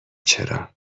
چرا